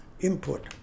input